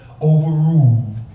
overrule